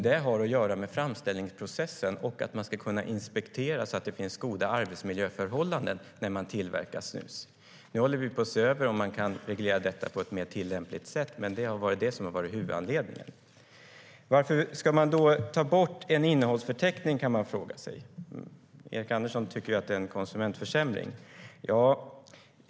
Det har att göra med framställningsprocessen och att man ska kunna inspektera så att det finns goda arbetsmiljöförhållanden där det tillverkas snus. Vi håller på att se över om detta kan regleras på ett mer tillämpligt sätt, men detta har varit huvudanledningen. Varför ska man ta bort innehållsförteckningen? Erik Andersson tycker att det är en försämring för konsumenten.